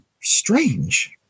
strange